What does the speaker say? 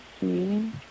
see